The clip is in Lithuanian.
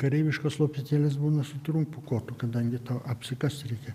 kareiviškos lopetėlės būna su trumpu kotu kadangi tau apsikast reikia